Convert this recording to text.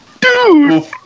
Dude